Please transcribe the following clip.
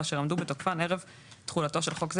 ואשר עמדו בתוקפן ערב תחולתו של חוק זה